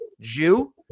Jew